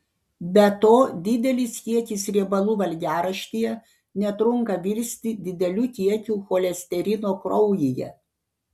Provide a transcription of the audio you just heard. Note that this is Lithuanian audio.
be to didelis kiekis riebalų valgiaraštyje netrunka virsti dideliu kiekiu cholesterino kraujyje